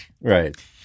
Right